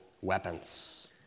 weapons